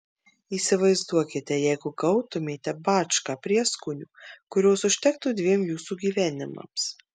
įsivaizduokite jeigu gautumėte bačką prieskonių kurios užtektų dviem jūsų gyvenimams